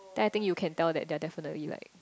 then I think you can tell that they are definitely like